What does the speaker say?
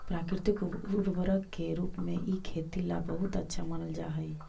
प्राकृतिक उर्वरक के रूप में इ खेती ला बहुत अच्छा मानल जा हई